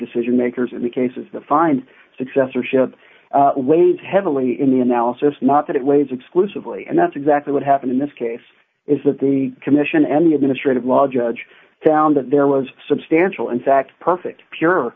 decision makers in the cases the find successorship weighs heavily in the analysis not that it weighs exclusively and that's exactly what happened in this case is that the commission and the administrative law judge found that there was substantial in fact perfect pure